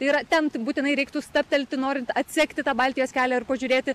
tai yra ten tai būtinai reiktų stabtelti norint atsekti tą baltijos kelią ir pažiūrėti